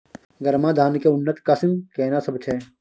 गरमा धान के उन्नत किस्म केना सब छै?